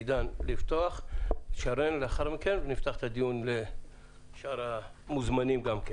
ונפתח את הדיון לשאר המוזמנים.